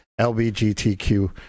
LGBTQ